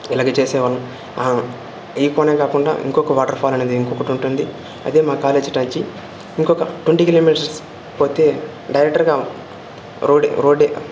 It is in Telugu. ఇలాగ చేసేవా ఈ కోనే కాకుండా ఇంకొక వాటర్ ఫాల్ అనేది ఇంకొకటుంటుంది అయితే మా కాలేజ్టాంచి ఇంకొక ట్వంటీ కిలోమీటర్స్ పొతే డైరెక్టర్గా రోడ్ రోడ్డే